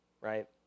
right